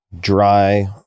Dry